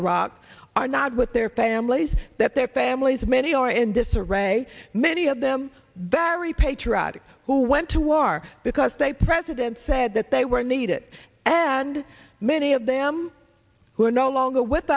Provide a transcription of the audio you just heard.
iraq are not with their families that their families many are in disarray many of them that every patriotic who went to war because they president said that they were needed and many of them who are no longer with